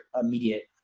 immediate